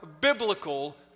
biblical